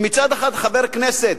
שמצד אחד חבר כנסת